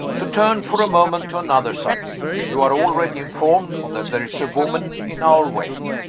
to turn for a moment to another subject. you are already informed that there is a woman in our way.